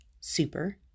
super